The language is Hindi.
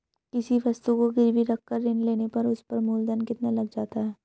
किसी वस्तु को गिरवी रख कर ऋण लेने पर उस पर मूलधन कितना लग जाता है?